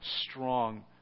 strong